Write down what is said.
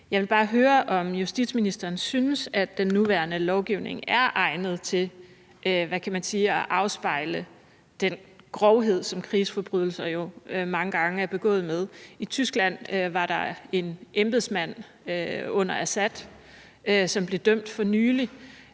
Jeg vil bare høre, om justitsministeren synes, at den nuværende lovgivning er egnet til at afspejle den grovhed, som krigsforbrydelser jo mange gange er begået med. I Tyskland var der en, der var embedsmand under Assad, og som blev dømt for nylig,